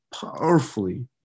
powerfully